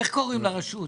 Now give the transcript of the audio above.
איך קוראים לרשות?